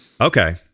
Okay